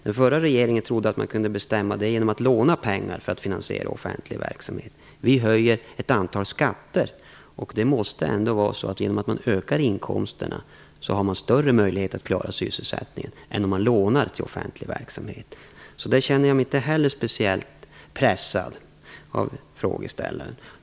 Den förra regeringen trodde att man kunde bestämma det genom att låna pengar för att finansiera offentlig verksamhet. Vi höjer ett antal skatter. Det måste vara så, att om man ökar inkomsterna har man större möjlighet att klara sysselsättningen än om man lånar till offentlig verksamhet. Där känner jag mig inte heller särskilt pressad av frågeställaren.